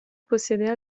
possiede